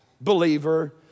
Believer